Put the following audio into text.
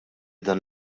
dan